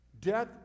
Death